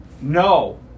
No